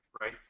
right